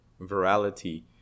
virality